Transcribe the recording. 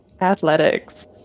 Athletics